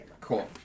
Cool